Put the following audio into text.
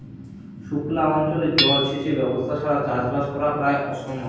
সুক্লা অঞ্চলে জল সেচের ব্যবস্থা ছাড়া চাষবাস করা প্রায় অসম্ভব